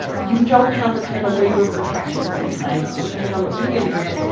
you don't have the kind of labor protection, sometimes, depending on what union you're in,